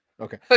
Okay